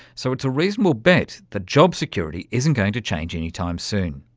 so, it's a reasonable bet that job security isn't going to change anytime soon.